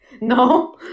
No